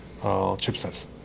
chipsets